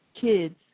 kids